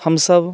हमसभ